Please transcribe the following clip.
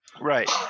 Right